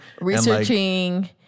researching